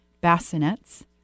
bassinets